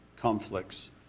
conflicts